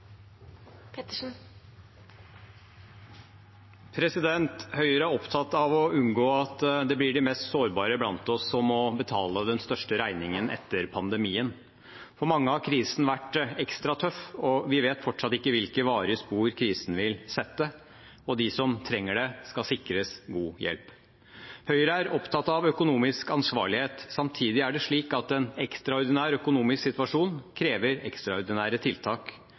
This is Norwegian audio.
Høyre er opptatt av å unngå at det blir de mest sårbare blant oss som må betale den største regningen etter pandemien. For mange har krisen vært ekstra tøff, og vi vet fortsatt ikke hvilke varige spor krisen vil sette. De som trenger det, skal sikres god hjelp. Høyre er opptatt av økonomisk ansvarlighet. Samtidig er det slik at en ekstraordinær økonomisk situasjon krever ekstraordinære tiltak,